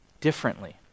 differently